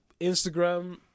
Instagram